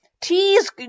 Tea's